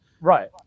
Right